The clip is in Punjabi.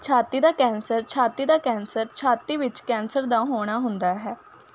ਛਾਤੀ ਦਾ ਕੈਂਸਰ ਛਾਤੀ ਦਾ ਕੈਂਸਰ ਛਾਤੀ ਵਿੱਚ ਕੈਂਸਰ ਦਾ ਹੋਣਾ ਹੁੰਦਾ ਹੈ